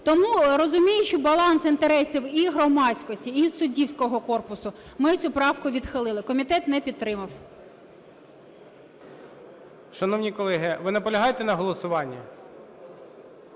Тому, розуміючи баланс інтересів і громадськості, і суддівського корпусу, ми цю правку відхилили. Комітет не підтримав. ГОЛОВУЮЧИЙ. Шановні колеги, ви наполягаєте на голосуванні?